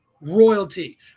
royalty